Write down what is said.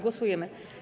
Głosujemy.